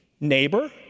neighbor